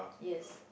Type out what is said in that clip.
yes